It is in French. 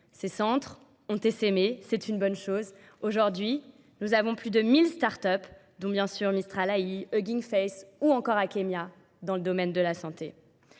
Ces centres ont essaimé, c'est une bonne chose. Aujourd'hui, nous avons plus de 1000 startups, dont bien sûr Mistral AI, Hugging Face ou encore Ackemia, dans le domaine de la santé.